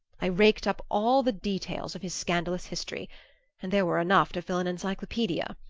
i raked up all the details of his scandalous history and there were enough to fill an encyclopaedia.